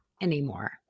anymore